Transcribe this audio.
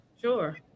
sure